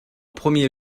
premier